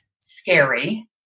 scary